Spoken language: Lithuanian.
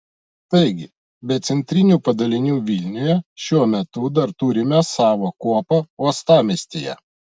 taigi be centrinių padalinių vilniuje šiuo metu dar turime savo kuopą uostamiestyje